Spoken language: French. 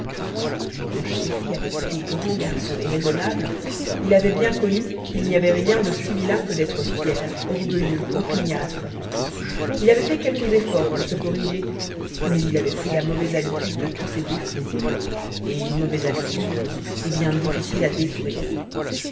quand chéri avait été grand garçon et raisonnable il avait bien connu qu'il n'y avait rien de si vilain que d'être fier orgueilleux opiniâtre il avait fait quelques efforts pour se corriger mais il avait pris la mauvaise habitude de tous ces défauts et une mauvaise habitude est bien difficile à détruire